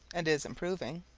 and is improving.